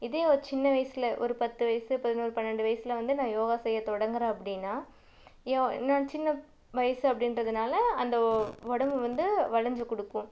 இதே ஒரு சின்ன வயசில் ஒரு பத்து வயசு பதினோரு பன்னெண்டு வயசில் வந்து நான் யோகா செய்ய தொடங்குறேன் அப்படின்னா ஏன் நான் சின்ன வயசு அப்படின்றதுனால அந்த உடம்பு வந்து வளைஞ்சு கொடுக்கும்